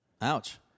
Ouch